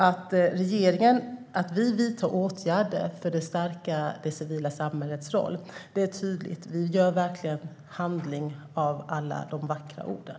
Att regeringen vidtar åtgärder för att stärka det civila samhällets roll är tydligt. Vi gör verkligen handling av alla de vackra orden.